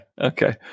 Okay